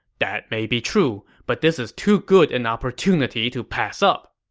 that may be true, but this is too good an opportunity to pass up.